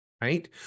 right